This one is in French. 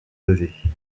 levée